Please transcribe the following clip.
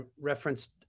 referenced